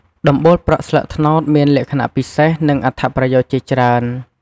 ដំបូលប្រក់ស្លឹកត្នោតមានលក្ខណៈពិសេស និងអត្ថប្រយោជន៍ជាច្រើន។